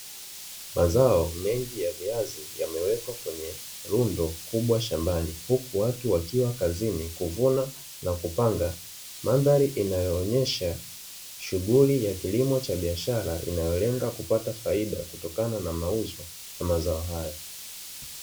mazao mengi ya viazi yamewekwa kwenye rundo kubwa shambani, huku watu wakiwa kazini kuvuna na kupanga, mandhari inayoonyesha shughuli ya kilimo cha biashara, inayolenga kupata faida kutokana na mauzo na mazao haya.